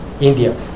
India